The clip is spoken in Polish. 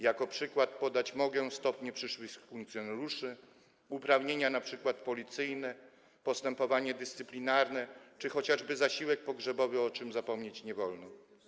Jako przykład podać mogę stopnie przyszłych funkcjonariuszy, uprawnienia np. policyjne, postępowanie dyscyplinarne czy chociażby zasiłek pogrzebowy, o czym zapomnieć nie wolno.